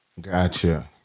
Gotcha